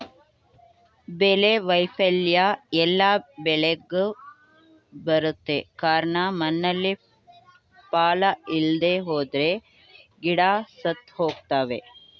ಬೆಳೆ ವೈಫಲ್ಯ ಎಲ್ಲ ಬೆಳೆಗ್ ಬರುತ್ತೆ ಕಾರ್ಣ ಮಣ್ಣಲ್ಲಿ ಪಾಲ ಇಲ್ದೆಹೋದ್ರೆ ಗಿಡ ಸತ್ತುಹೋಗ್ತವೆ